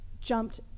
jumped